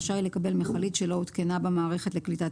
רשאי לקבל מכלית שלא הותקנה בה מערכת לקליטת